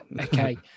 Okay